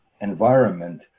environment